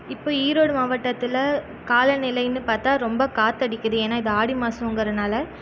இப்போது ஈரோடு மாவட்டத்தில் காலநிலைன்னு பார்த்தா ரொம்ப காற்றடிக்குது ஏன்னா இது ஆடி மாசங்கறனால